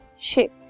shape